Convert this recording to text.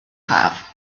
haf